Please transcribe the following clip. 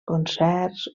concerts